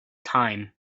time